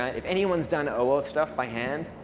ah if anyone's done oauth stuff by hand,